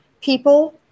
people